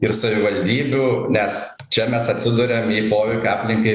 ir savivaldybių nes čia mes atsiduriam į poveikį aplinkai